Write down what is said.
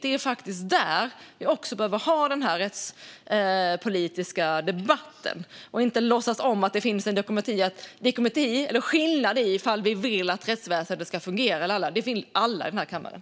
Det är där vi behöver ha den rättspolitiska debatten. Vi ska inte låtsas som att det finns en skillnad i om vi vill att rättsväsendet ska fungera; det vill alla i den här kammaren.